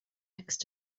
next